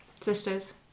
sisters